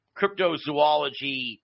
cryptozoology